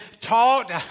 taught